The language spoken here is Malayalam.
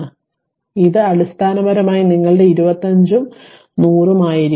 അതിനാൽ ഇത് അടിസ്ഥാനപരമായി നിങ്ങളുടെ 25 ഉം 100 ഉം ആയിരിക്കും